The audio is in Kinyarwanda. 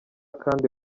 kandi